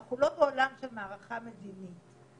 אנחנו לא בעולם של מערכה מדינית.